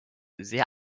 sehr